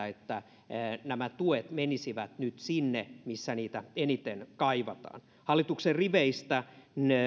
että nämä tuet menisivät nyt sinne missä niitä eniten kaivataan hallituksen riveistä